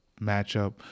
matchup